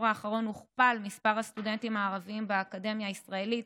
האחרון הוכפל מספר הסטודנטים הערבים באקדמיה הישראלית